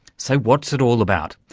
so what's it all about?